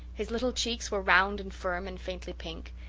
his little cheeks were round and firm and faintly pink,